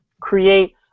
create